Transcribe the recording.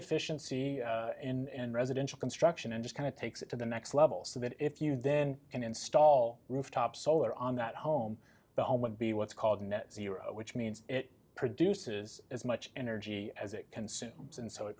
efficiency in residential construction and just kind of takes it to the next level so that if you then can install rooftop solar on that home the home and be what's called net zero which means it produces as much energy as it consumes and so it